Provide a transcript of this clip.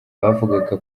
bavugaga